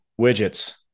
widgets